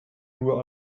nur